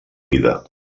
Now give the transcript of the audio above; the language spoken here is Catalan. vida